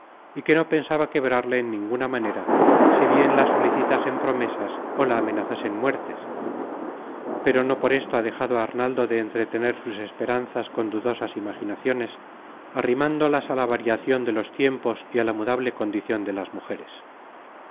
y que no pensaba quebrarle en ninguna manera si bien la solicitasen promesas ó la amenazasen muertes pero no por esto ha dejado arnaldo de entretener sus esperanzas con dudosas imaginaciones arrimándolas á la variacion de los tiempos y á la mudable condicion de las mujeres